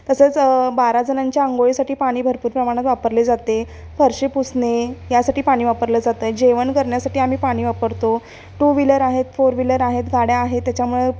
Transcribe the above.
तसंच बाराजणांच्या आंघोळीसाठी पाणी भरपूर प्रमाणात वापरले जाते फरशी पुसणे यासाठी पाणी वापरलं जातं आहे जेवण करण्यासाठी आम्ही पाणी वापरतो टू व्हीलर आहेत फोर व्हीलर आहेत गाड्या आहेत त्याच्यामुळे